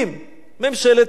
ממשלת הליכוד,